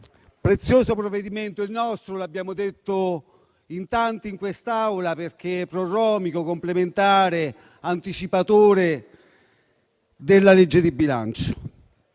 prezioso provvedimento il nostro, come abbiamo detto in tanti in quest'Aula, perché è prodromico, complementare e anticipatore della legge di bilancio.